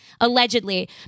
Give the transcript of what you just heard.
allegedly